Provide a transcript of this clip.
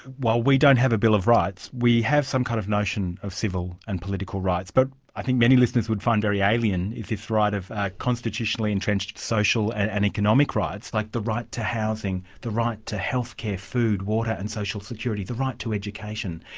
while we don't have a bill of rights, we have some kind of notion of civil and political rights, but i think many listeners would find very alien this right of ah constitutionally entrenched social and and economic rights, like the right to housing, the right to healthcare, food, water and social security, the right to education.